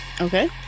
Okay